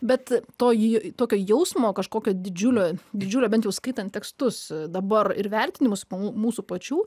bet toji tokio jausmo kažkokio didžiulio didžiulio bent jau skaitant tekstus dabar ir vertinimus mums mūsų pačių